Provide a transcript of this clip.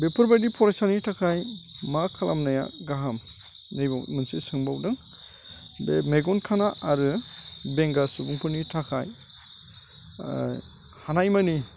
बेफोरबादि फरायसानि थाखाय मा खालामनाया गाहाम नैबाव मोनसे सोंबावदों बे मेगन खाना आरो बेंगा सुबुंफोरनि थाखाय हानाय मानि